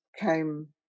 came